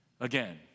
again